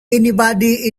anybody